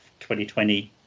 2020